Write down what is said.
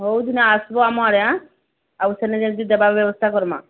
ହଉ ଦିନେ ଆସିବ ଆମ ଆଡ଼େ ଆଉ ସେଦିନ ଯେମତି ଦେବା ବ୍ୟବସ୍ଥା କରିବା